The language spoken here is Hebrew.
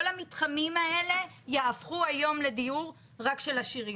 המתחמים האלה יהפכו היום לדיור רק של עשירים.